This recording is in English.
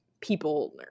people